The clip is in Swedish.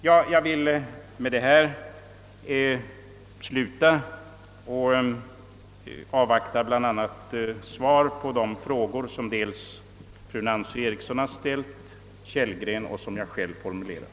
Jag vill härmed sluta mitt anförande och avvaktar bl.a. svar på de frågor som fru Nancy Eriksson, herr Kellgren och jag ställt.